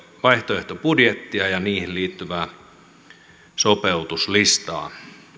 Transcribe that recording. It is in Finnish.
vaihtoehtobudjettia ja siihen liittyvää sopeutuslistaa